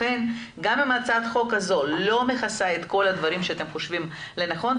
לכן גם אם הצעת החוק הזו לא מכסה את כל הדברים שאתם חושבים לנכון,